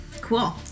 Cool